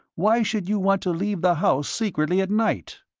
why should you want to leave the house secretly at night?